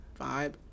vibe